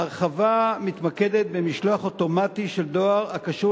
ההרחבה מתמקדת במשלוח אוטומטי של דואר הקשור